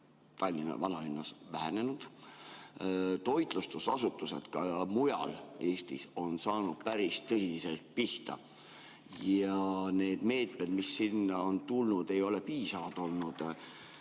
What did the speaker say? Tallinna vanalinnast kadunud. Toitlustusasutused ka mujal Eestis on saanud päris tõsiselt pihta ja need meetmed, mis sinna on tulnud, ei ole piisavad olnud.